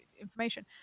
information